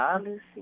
Lucy